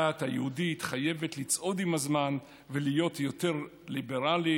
היהודית חייבת לצעוד עם הזמן ולהיות יותר ליברלית,